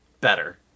better